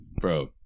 Bro